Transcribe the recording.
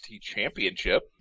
Championship